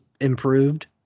improved